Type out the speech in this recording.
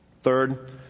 Third